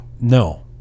No